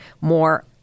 more